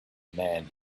man